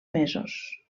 mesos